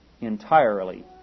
entirely